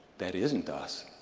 that isn't us,